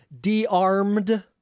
de-armed